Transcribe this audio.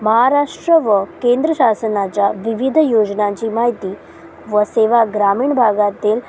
माहाराष्ट्र व केंद्र शासनाच्या विविध योजनांची माहिती व सेवा ग्रामीण भागातील